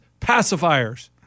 pacifiers